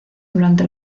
durante